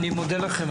אני מודה לכם.